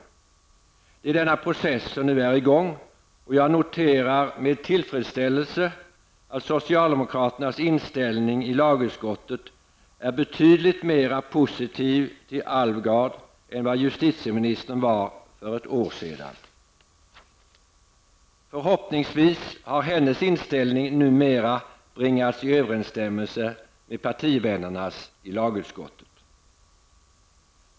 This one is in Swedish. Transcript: Det är denna process som nu är i gång, och jag noterar med tillfredsställelse att inställningen hos socialdemokraterna i lagutskottet är betydligt mer positiv till Alvgard än vad justitieministerns var för ett år sedan. Förhoppningsvis har hennes inställning numera bringats i överensstämmelse med partivännernas i lagutskottet.